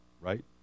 Right